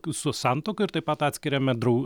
su santuoka ir taip pat atskiriame drau